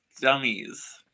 dummies